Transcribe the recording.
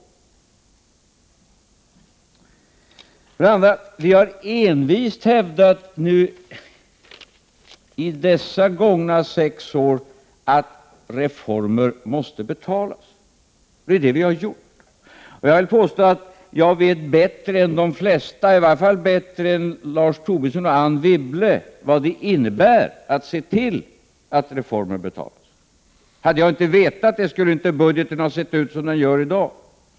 tål. Vi har också under dessa gångna sex år envist hävdat att reformer måste betalas. Det är ju det som vi har sagt. Jag vill påstå att jag vet bättre än de flesta, i varje fall bättre än Lars Tobisson och Anne Wibble, vad det innebär att se till att reformer betalas. Hade jag inte vetat det, hade inte budgeten sett ut som den gör i dag.